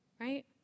right